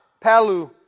Palu